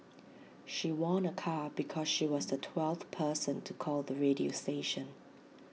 she won A car because she was the twelfth person to call the radio station